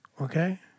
Okay